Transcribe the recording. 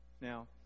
Now